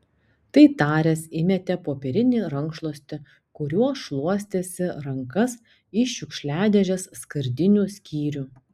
tai taręs įmetė popierinį rankšluostį kuriuo šluostėsi rankas į šiukšliadėžės skardinių skyrių